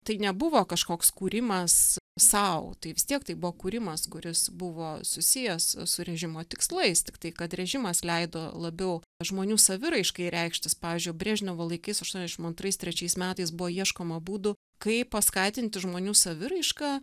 tai nebuvo kažkoks kūrimas sau tai vis tiek tai buvo kūrimas kuris buvo susijęs su režimo tikslais tiktai kad režimas leido labiau žmonių saviraiškai reikštis pavyzdžiui brežnevo laikais aštuoniasdešim antrais trečiais metais buvo ieškoma būdų kaip paskatinti žmonių saviraišką